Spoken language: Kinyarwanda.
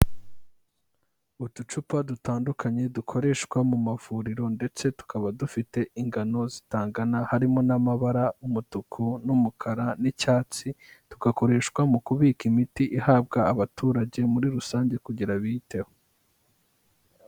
Uducupa dutandukanye dukoreshwa mu mavuriro ndetse tukaba dufite ingano zitangana; harimo n'amabara umutuku n'umukara n'icyatsi tugakoreshwa mu kubika imiti ihabwa abaturage muri rusange kugira ngo biyiteho.